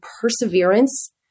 perseverance